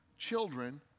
children